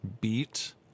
beat